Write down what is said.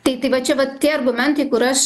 tai tai va čia vat tie argumentai kur aš